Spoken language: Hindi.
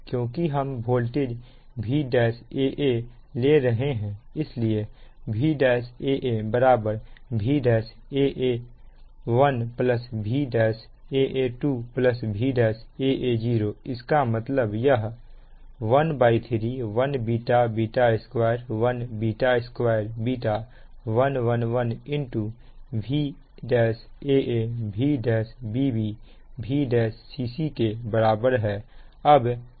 क्योंकि हम वोल्टेज Vaa1 ले रहे हैं इसलिए Vaa1 Vaa11 Vaa12 Vaa10 इसका मतलब यह 13 1 β β2 1 β2 β 1 1 1 Vaa1 Vbb1 Vcc1के बराबर है